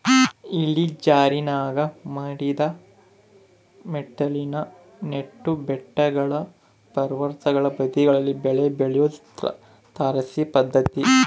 ಇಳಿಜಾರಿನಾಗ ಮಡಿದ ಮೆಟ್ಟಿಲಿನ ನೆಟ್ಟು ಬೆಟ್ಟಗಳು ಪರ್ವತಗಳ ಬದಿಗಳಲ್ಲಿ ಬೆಳೆ ಬೆಳಿಯೋದು ತಾರಸಿ ಪದ್ಧತಿ